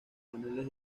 paneles